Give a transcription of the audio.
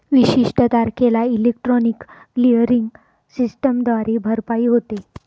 विशिष्ट तारखेला electronic clearing सिस्टमद्वारे भरपाई होते